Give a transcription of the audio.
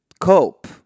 cope